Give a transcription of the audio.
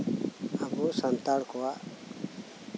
ᱟᱵᱚ ᱥᱟᱱᱛᱟᱞ ᱠᱚᱣᱟᱜ